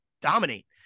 dominate